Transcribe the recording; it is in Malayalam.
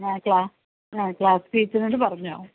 ആ ക്ലാ ആ ക്ലാസ്സ് ടീച്ചർനോട് പറഞ്ഞോളൂ